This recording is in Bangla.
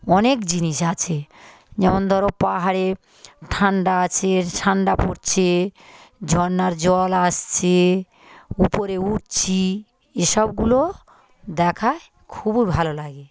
অনেক জিনিস আছে যেমন ধর পাহাড়ে ঠান্ডা আছে ঠান্ডা পড়ছে ঝর্নার জল আসছে উপরে উঠছি এসবগুলো দেখায় খুব ভালো লাগে